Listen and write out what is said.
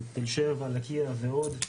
תל שבע, לקייה ועוד,